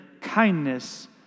kindness